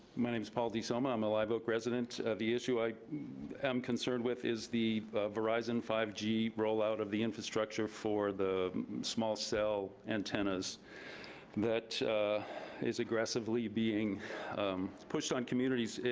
my name is paul d summa, i'm a live oak resident. the issue i am concerned with is the verizon five g rollout of the infrastructure for the small cell antennas that is aggressively being pushed on communities,